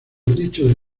dicho